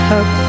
up